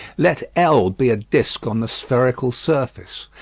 let l be a disc on the spherical surface.